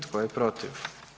Tko je protiv?